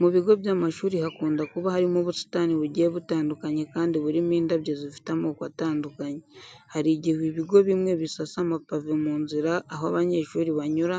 Mu bigo by'amashuri hakunda kuba harimo ubusitani bugiye butandukanye kandi burimo indabyo zifite amoko atandukanye. Hari igihe ibigo bimwe bisasa amapave mu nzira aho abanyeshuri banyura